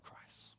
Christ